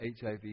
HIV